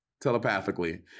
telepathically